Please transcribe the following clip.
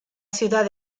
ciudad